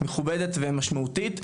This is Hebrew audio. מכובדת ומשמעותית,